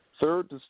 Third